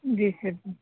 जी sir जी